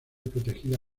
protegida